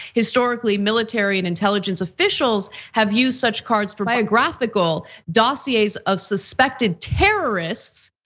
historically, military and intelligence officials have used such cards for biographical dossiers of suspected terrorists,